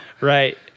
right